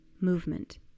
movement